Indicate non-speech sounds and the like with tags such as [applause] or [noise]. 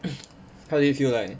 [coughs] how did it feel like